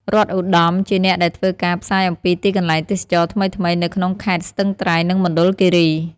រដ្ឋ ឧត្តម ជាអ្នកដែលធ្វើការផ្សាយអំពីទីកន្លែងទេសចរណ៍ថ្មីៗនៅក្នុងខេត្តស្ទឹងត្រែង និងមណ្ឌលគិរី។